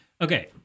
Okay